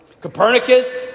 Copernicus